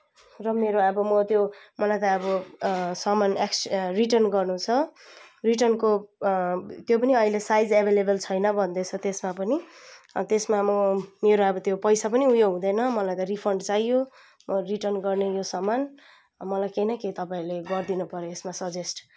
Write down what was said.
र मेरो अब म त्यो मलाई त अब सामान एक्स रिटर्न गर्नु छ रिटर्नको त्यो पनि अहिले साइज एभाइलेबल छैन भन्दैछ त्यसमा पनि त्यसमा म मेरो अब त्यो पैसा पनि उयो हुँदैन मलाई त रिफन्ड चाहियो रिटर्न गर्ने यो सामान मलाई केही न केही तपाईँहरूले गरिदिनु पर्यो यसमा सजेस्ट